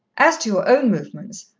as to your own movements,